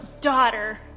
daughter